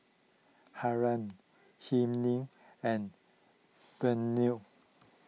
Hiram and Burney